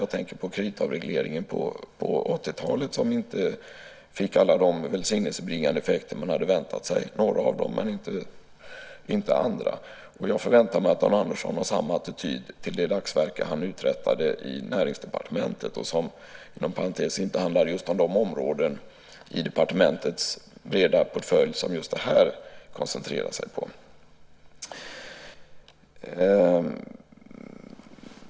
Jag tänker på kreditavregleringen på 80-talet, som inte fick alla de välsignelsebringande effekter som man hade väntat sig - några av dem, men inte andra. Jag förväntar mig att Dan Andersson har samma attityd till det dagsverke han uträttade i Näringsdepartementet, och som inom parentes inte handlade om just de områden i departementets stora portfölj som just det här koncentrerar sig på.